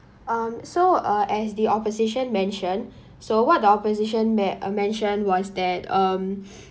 um so uh as the opposition mentioned so what the opposition me~ mentioned was that um